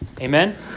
Amen